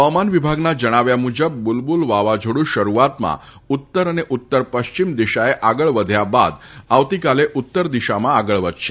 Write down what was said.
હવામાન વિભાગના જણાવ્યા મુજબ બ્રલબ્રલ વાવાઝોડું શરૂઆતમાં ઉત્તર અને ઉત્તર પશ્ચિમ દિશાએ આગળ વધ્યા બાદ આવતીકાલે ઉત્તર દિશામાં આગળ વધશે